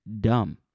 dumb